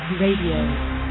RADIO